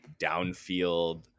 downfield